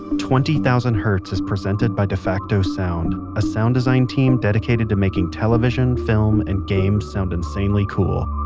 twenty thousand hertz is presented by defacto sound, a sound design team dedicated to making television, film and games sound insanely cool.